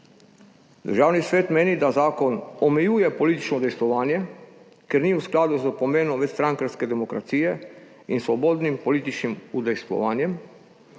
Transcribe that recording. Državni svet meni, da zakon omejuje politično udejstvovanje, ker ni v skladu s pomenom večstrankarske demokracije in svobodnim političnim udejstvovanjem.